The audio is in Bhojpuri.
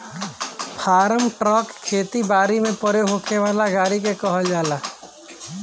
फार्म ट्रक खेती बारी में प्रयोग होखे वाला गाड़ी के कहल जाला